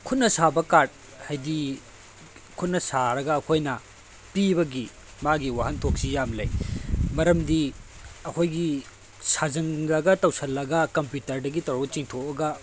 ꯈꯨꯠꯅ ꯁꯥꯕ ꯀꯥꯔꯠ ꯍꯥꯏꯗꯤ ꯈꯨꯠꯅ ꯁꯥꯔꯒ ꯑꯩꯈꯣꯏꯅ ꯄꯤꯕꯒꯤ ꯃꯥꯒꯤ ꯋꯥꯍꯟꯊꯣꯛꯁꯤ ꯌꯥꯝ ꯂꯩ ꯃꯔꯝꯗꯤ ꯑꯩꯈꯣꯏꯒꯤ ꯁꯥꯖꯜꯂꯒ ꯇꯧꯁꯤꯜꯂꯒ ꯀꯝꯄ꯭ꯌꯨꯇꯔꯗꯒꯤ ꯇꯧꯔꯒ ꯆꯤꯡꯊꯣꯛꯑꯒ